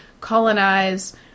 colonize